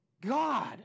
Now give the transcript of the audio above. God